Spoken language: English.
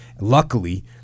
luckily